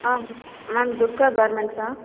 ஆ ma'am Durga கார்மெண்ட்ஸா